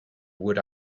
wood